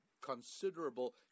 considerable